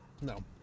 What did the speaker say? No